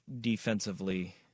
defensively